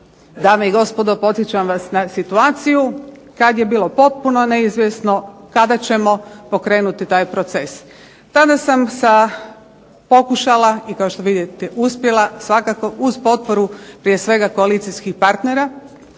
Dame i gospodo, podsjećam vas na situaciju kada je bilo potpuno neizvjesno kada ćemo pokrenuti taj proces. Kada sam pokušala i kao što vidite uspjela svakako uz potporu prije svega koalicijskih partnera